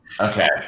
Okay